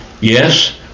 yes